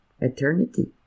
eternity